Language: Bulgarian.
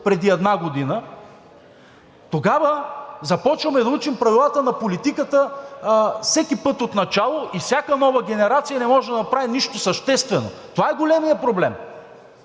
преди една година, тогава започваме да учим правилата на политиката всеки път отначало и всяка нова генерация не може да направи нищо съществено. Това е големият проблем.